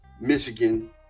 Michigan